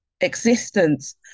existence